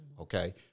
okay